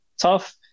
tough